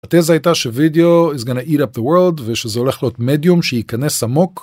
התזה הייתה שווידאו is gonna eat up the world ושזה הולך להיות מדיום שייכנס עמוק